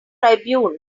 tribune